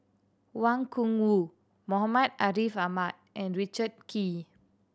Wang Gungwu Muhammad Ariff Ahmad and Richard Kee